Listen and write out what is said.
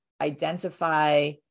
identify